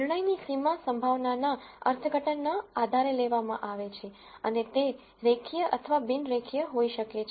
નિર્ણયની સીમા પ્રોબેબ્લીટીના અર્થઘટનના આધારે લેવામાં આવે છે અને તે રેખીય અથવા બિન રેખીય હોઈ શકે છે